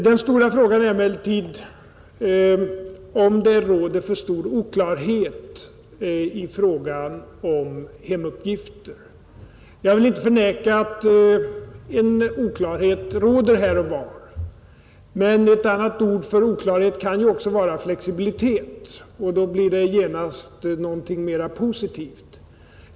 Den stora frågan är emellertid om det råder för stor oklarhet i fråga om hemuppgifter. Jag vill inte förneka att en oklarhet råder här och var. Men ett annat ord för oklarhet kan också vara flexibilitet. Och då blir det genast något mera positivt.